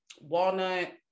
walnut